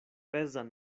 pezan